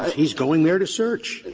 he's going there to search,